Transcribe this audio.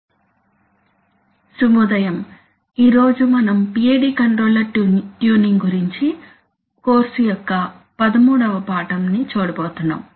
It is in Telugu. కీవర్డ్లు plant control PID control transfer function control పనితీరు స్టేట్ ఎర్రర్ శుభోదయం ఈ రోజు మనం PID కంట్రోలర్ ట్యూనింగ్ గురించి కోర్సు యొక్క 13 వ పాఠం ని చూడబోతున్నాము